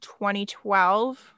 2012